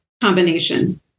combination